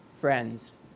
friends